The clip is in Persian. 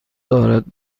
دارد